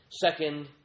Second